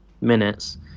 minutes